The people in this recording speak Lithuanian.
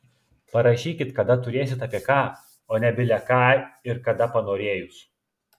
parašykit kada turėsit apie ką o ne bile ką ir kada panorėjus